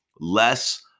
less